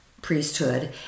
priesthood